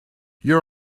your